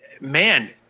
Man